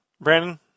Brandon